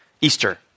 Easter